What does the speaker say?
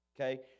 Okay